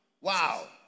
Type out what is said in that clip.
Wow